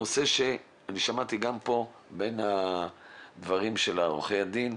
הנושא ששמעתי גם פה בין דברי עורכי הדין,